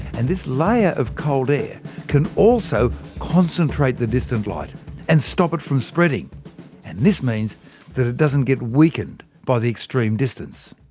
and this layer of cold air can also concentrate the distant light and stop it from spreading and this means that it doesn't get weakened by the extreme distance.